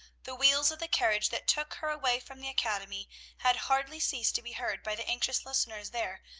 the wheels of the carriage that took her away from the academy had hardly ceased to be heard by the anxious listeners there,